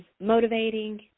motivating